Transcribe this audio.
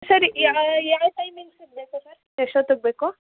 ಸರಿ ಯಾವ ಟೈಮಿಂಗ್ಸಗೆ ಸರ್ ಎಷ್ಟೊತ್ತಿಗ್ ಬೇಕು